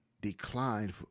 declined